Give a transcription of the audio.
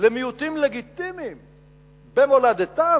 למיעוטים לגיטימיים במולדתם,